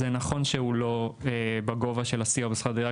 זה נכון שהוא לא בגובה של הסיוע בשכר דירה,